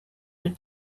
with